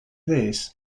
this